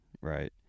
Right